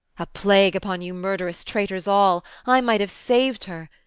a plague upon you murderous traitors all! i might have saved her.